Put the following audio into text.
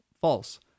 false